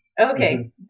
Okay